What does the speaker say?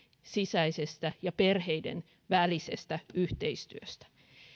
sisäisestä ja perheiden välisestä yhteistyöstä